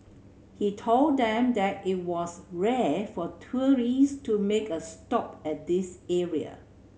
he told them that it was rare for tourists to make a stop at this area